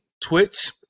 twitch